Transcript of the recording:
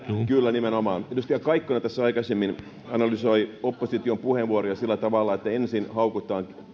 kyllä nimenomaan edustaja kaikkonen tässä aikaisemmin analysoi opposition puheenvuoroja sillä tavalla että ensin haukutaan